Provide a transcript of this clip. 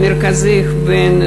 מרכזי הכוון,